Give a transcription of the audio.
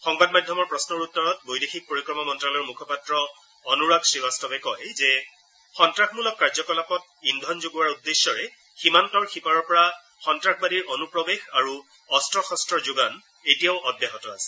সংবাদ মাধ্যমৰ প্ৰশ্নৰ উত্তৰত বৈদেশিক পৰিক্ৰমা মন্ত্যালয়ৰ মুখপাত্ৰ অনুৰাগ শ্ৰীবাস্তৱে কয় যে সন্ত্ৰাসমূলক কাৰ্যকলাপত ইন্ধন যোগোৱাৰ উদ্দেশ্যৰে সীমান্তৰ সিপাৰৰ পৰা সন্নাসবাদীৰ অনুপ্ৰৱেশ আৰু অস্ত্ৰ শস্তৰৰ যোগান এতিয়াও অব্যাহত আছে